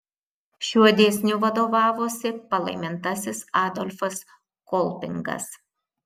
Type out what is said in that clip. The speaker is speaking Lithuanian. šiuo dėsniu vadovavosi palaimintasis adolfas kolpingas